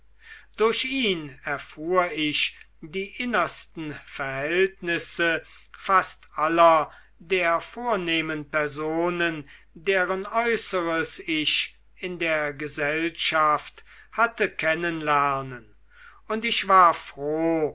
durch ihn erfuhr ich die innersten verhältnisse fast aller der vornehmen personen deren äußeres ich in der gesellschaft hatte kennen lernen und ich war froh